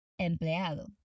empleado